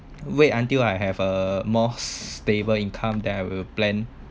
wait until I have a more stable income then I'll plan